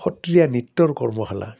সত্ৰীয়া নৃত্যৰ কৰ্মশালা